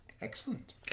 Excellent